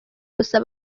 gusa